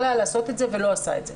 היה להתקין את התקנות אבל לא עשה זאת.